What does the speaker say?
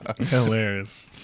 hilarious